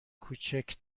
کوچک